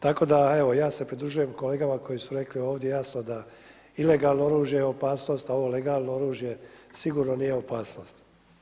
Tako da evo ja se pridružujem kolegama koji su rekli ovdje jasno da ilegalno oružje je opasnost, a ovo legalno oružje sigurno nije opasnost.